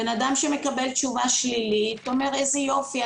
בן אדם שמקבל תשובה שלילית אומר: איזה יופי,